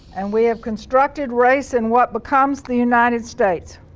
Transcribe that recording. and we have constructed race in what becomes the united states.